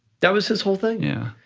that was his whole thing. yeah.